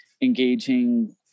engaging